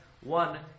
one